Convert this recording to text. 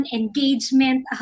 engagement